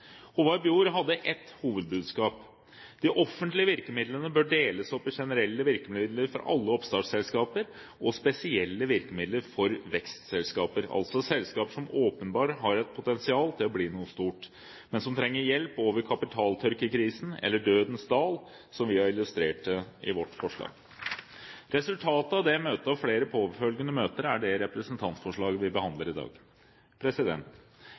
Bjor hadde ett hovedbudskap. De offentlige virkemidlene bør deles opp i generelle virkemidler for alle oppstartselskaper og spesielle virkemidler for vekstselskaper, altså selskaper som åpenbart har et potensial til å bli noe stort, men som trenger hjelp over kapitaltørkekrisen – eller dødens dal, som vi har illustrert det i vårt forslag. Resultatet av det møtet og flere påfølgende møter er det representantforslaget vi behandler i dag.